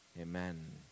Amen